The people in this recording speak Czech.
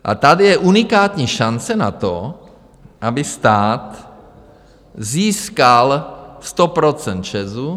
A tady je unikátní šance na to, aby stát získal 100 % ČEZu.